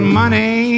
money